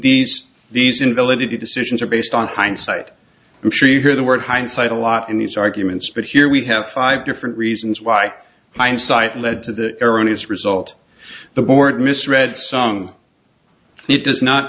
these these invalidity decisions are based on hindsight i'm sure you hear the word hindsight a lot in these arguments but here we have five different reasons why my insight led to the erroneous result the board misread sung it does not